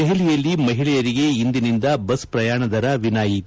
ದೆಹಲಿಯಲ್ಲಿ ಮಹಿಳೆಯರಿಗೆ ಇಂದಿನಿಂದ ಬಸ್ ಪ್ರಯಾಣದರ ವಿನಾಯಿತಿ